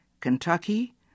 Kentucky